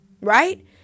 Right